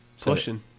Pushing